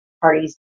parties